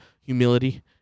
humility